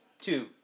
Two